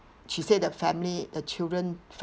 she said the family the children